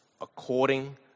according